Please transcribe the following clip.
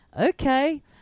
okay